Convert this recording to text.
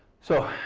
so,